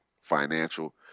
financial